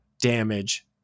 damage